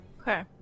Okay